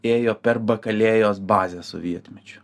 ėjo per bakalėjos bazę sovietmečiu